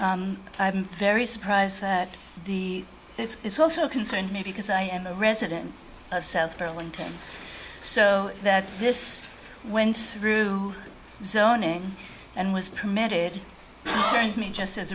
i'm very surprised that the it's also concerned me because i am a resident of south burlington so that this went through zoning and was permitted turns me just as